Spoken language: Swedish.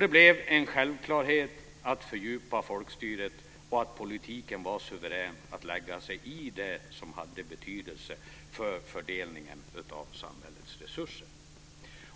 Det blev en självklarhet att fördjupa folkstyret och att politiken var suverän att lägga sig i det som hade betydelse för fördelningen av samhällets resurser.